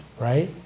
right